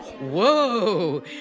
Whoa